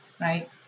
right